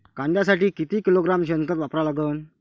कांद्यासाठी किती किलोग्रॅम शेनखत वापरा लागन?